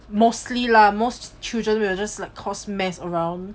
mostly lah most children will just like cause mess around